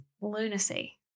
lunacy